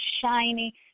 shiny